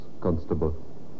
Constable